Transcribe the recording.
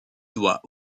doit